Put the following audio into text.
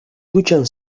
dutxan